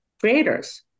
creators